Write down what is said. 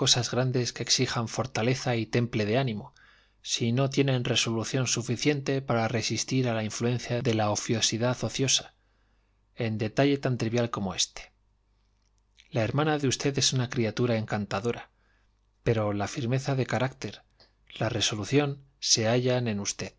grandes que exijan fortaleza y temple de ánimo si no tienen resolución suficiente para resistir a la influencia de la oficiosidad ociosa en detalle tan trivial como éste la hermana de usted es una criatura encantadora pero la firmeza de carácter la resolución se hallan en usted